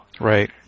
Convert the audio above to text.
Right